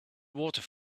water